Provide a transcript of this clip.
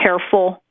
careful